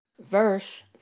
verse